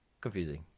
Confusing